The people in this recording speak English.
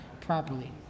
properly